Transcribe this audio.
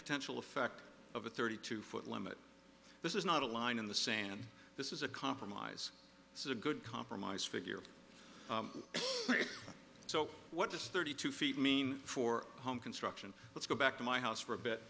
potential effect of a thirty two foot limit this is not a line in the sand this is a compromise this is a good compromise figure so what does thirty two feet mean for home construction let's go back to my house for a